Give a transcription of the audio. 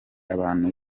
abantu